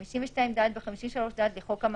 52(ד) ו-53(ד) לחוק המעצרים,